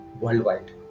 worldwide